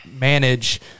manage